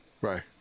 Right